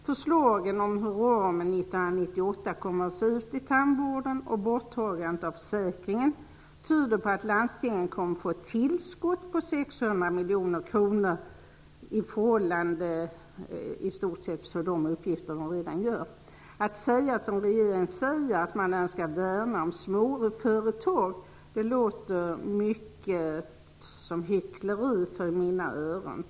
Förslagen om hur ramen kommer att se ut i tandvården 1998 och borttagande av föräkringen tyder på att landstingen kommer att få ett tillskott på 600 miljoner kronor, men skall i stort sett göra de uppgifter de redan gör. Att säga, som regeringen, att man önskar värna om småföretag låter mycket som hyckleri för mina öron.